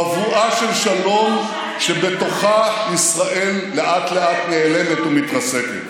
בבואה של שלום שבתוכה ישראל לאט-לאט נעלמת ומתרסקת.